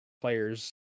players